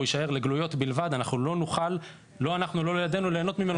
הוא יישאר בגלויות בלבד ולא אנחנו ולא נכדינו נוכל ליהנות ממנו.